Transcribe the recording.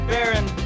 Baron